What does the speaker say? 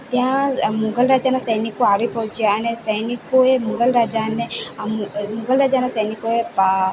ત્યાં આ મુગલ રાજાના સૈનિકો આવી પોચ્યા અને સૈનિકોએ મુગલ રાજાને આ મુગલ રાજાના સૈનિકોએ પા